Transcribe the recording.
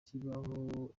kibaho